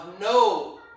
no